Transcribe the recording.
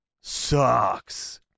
sucks